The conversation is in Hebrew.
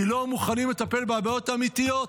כי לא מוכנים לטפל בבעיות האמיתיות.